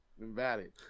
Invalid